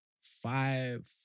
five